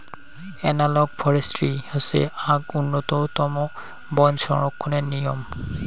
analogue forestry হসে আক উন্নতম বন সংরক্ষণের নিয়ম